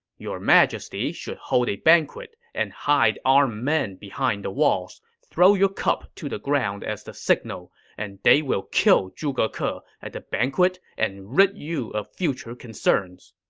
your majesty should hold a banquet and hide armed men behind the walls. throw your cup to the ground as the signal, and they will kill zhuge ke ah at the banquet and rid you of future concerns.